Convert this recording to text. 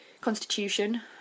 constitution